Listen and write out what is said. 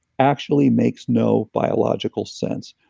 actually makes no biological sense.